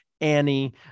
Annie